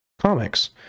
comics